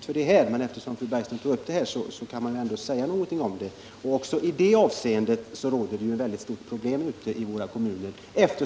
till det ärende vi nu diskuterar, men eftersom fru Bergström tog upp det vill jag ändå säga någonting om det. Det är ett stort problem med de skillnader som föreligger olika kommuner emellan.